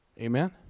Amen